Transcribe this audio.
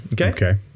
Okay